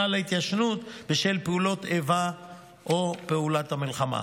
להתיישנות בשל פעולות האיבה או פעולת המלחמה.